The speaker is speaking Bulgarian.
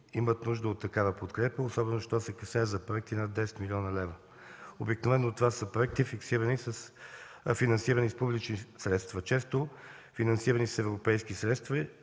имат нужда от такава подкрепа, особено що се касае за проекти над 10 млн. лв. Обикновено това са проекти, финансирани с публични средства, често финансирани с европейски средства